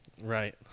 Right